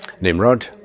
Nimrod